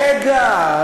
רגע,